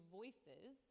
voices